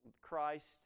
Christ